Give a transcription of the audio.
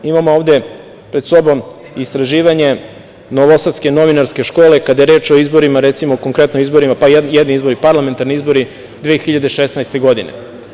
Imam ovde pred sobom istraživanje novosadske novinarske škole, kada je reč o izborima, recimo konkretno o izborima, pa jedni izbori, parlamentarni izbori 2016. godine.